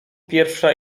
pierwsza